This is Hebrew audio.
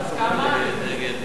בסדר-היום של הכנסת נתקבלה.